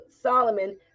Solomon